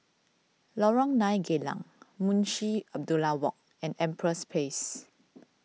Lorong nine Geylang Munshi Abdullah Walk and Empress Place